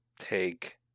take